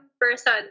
person